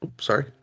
Sorry